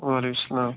وعلیکُم السَلام